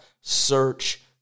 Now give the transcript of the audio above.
search